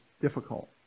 difficult